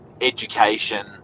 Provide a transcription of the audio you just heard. education